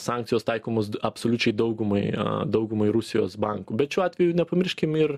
sankcijos taikomos absoliučiai daugumai daugumai rusijos bankų bet šiuo atveju nepamirškim ir